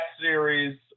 series